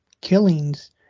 killings